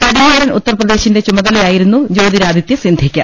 പടിഞ്ഞാറൻ ഉത്തർപ്രദേശിന്റെ ചുമതലയായിരുന്നു ജ്യോതിരാദിത്യ സിന്ധ്യയ്ക്ക്